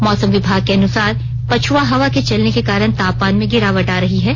मौसम विभाग के अनुसार पछुआ हवा के चलने के कारण तापमान में गिरावट आ रहीहै